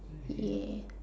yeah